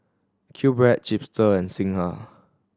QBread Chipster and Singha